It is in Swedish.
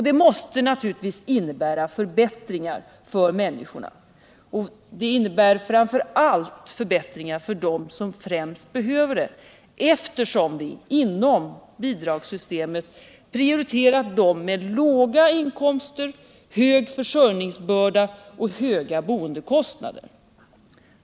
Det måste naturligtvis innebära förbättringar för människor, framför allt för dem som bäst behöver det, eftersom vi inom bidragssystemet prioriterat dem med låga inkomster, hög försörjningsbörda och höga boendekostnader.